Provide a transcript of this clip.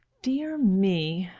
dear me,